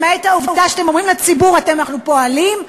למעט העובדה שאתם אומרים לציבור "אנחנו פועלים",